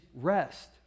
rest